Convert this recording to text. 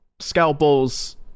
Scalpels